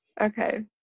okay